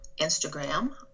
Instagram